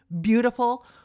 beautiful